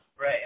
Right